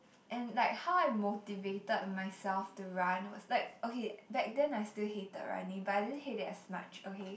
and like how I motivated myself to run was like okay back then I still hated running but I didn't hate it as much okay